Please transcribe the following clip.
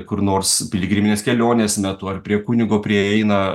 kur nors piligriminės kelionės metu ar prie kunigo prieina